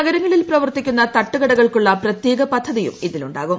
നഗരങ്ങളിൽ പ്രവർത്തിക്കുന്ന തട്ടുകടകൾക്കുള്ള പ്രത്യേക പദ്ധതിയും ഇതിലുണ്ടാകും